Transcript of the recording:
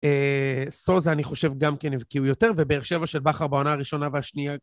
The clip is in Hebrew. סוזה אני חושב גם כי הבקיעו יותר ובאר שבע של בכר בעונה הראשונה והשנייה